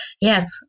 yes